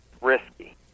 risky